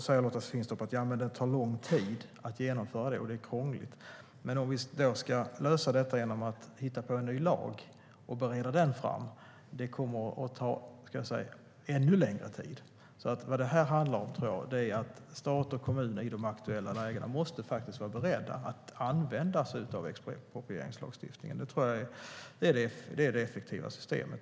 Lotta Finstorp säger att det tar lång tid att genomföra och är krångligt, men ska vi lösa det genom en ny lag som ska beredas kommer det att ta ännu längre tid. I de aktuella lägena måste stat och kommun vara beredda att använda sig av exproprieringslagstiftningen. Det tror jag är det effektiva systemet.